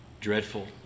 dreadful